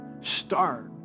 start